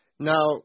Now